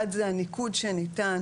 1. הניקוד שניתן,